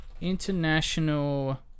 International